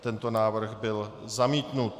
Tento návrh byl zamítnut.